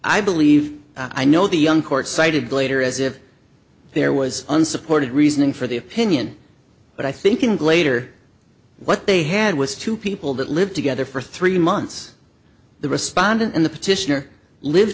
i believe i know the young court cited later as if there was unsupported reasoning for the opinion but i think in glade or what they had was two people that lived together for three months the respondent and the petitioner live